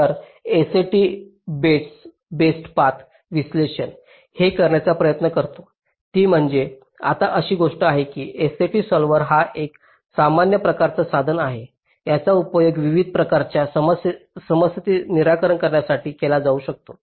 तर SAT based पथ विश्लेषण हे करण्याचा प्रयत्न करतो ती म्हणजे आता अशी गोष्ट आहे की SAT सॉल्व्हर हा एक सामान्य प्रकारचा एक साधन आहे याचा उपयोग विविध प्रकारच्या समस्यांचे निराकरण करण्यासाठी केला जाऊ शकतो